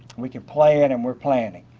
we can plan and we are planning.